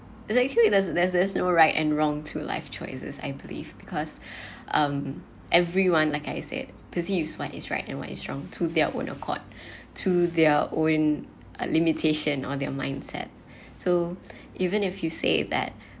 there actually there's there's there's no right and wrong to life choices I believe because um everyone like I said perceives what is right and what is wrong to their own accord to their own a limitation on their mindset so even if you say that